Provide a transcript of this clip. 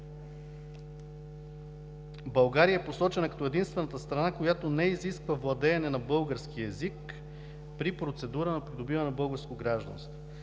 България е посочена като единствената страна, която не изисква владеене на български език при процедура на придобиване на българско гражданство.